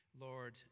lord